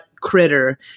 critter